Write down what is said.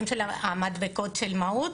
המדבקות של מהו"ת?